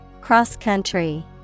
Cross-country